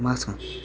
मला सांग